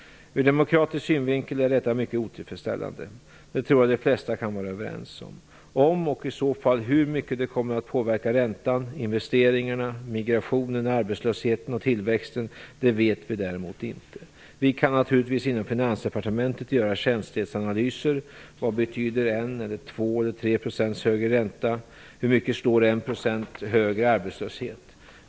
Ur demokratisk synvinkel är detta mycket otillfredsställande. Det tror jag att de flesta kan vara överens om. Om, och i så fall hur mycket, det kommer att påverka räntan, investeringarna, migrationen, arbetslösheten och tillväxten, det vet vi däremot inte. Vi kan naturligtvis inom Finansdepartementet göra känslighetsanalyser: Vad betyder 1, 2 eller 3 % högre ränta? Hur mycket slår 1 % högre arbetslöshet?